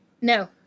no